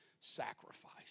sacrifice